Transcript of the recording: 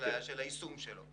לגבי יישומו.